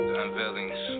unveilings